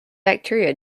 bacteria